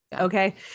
okay